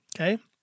okay